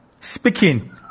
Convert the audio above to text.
speaking